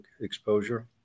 exposure